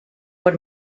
per